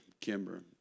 Kimber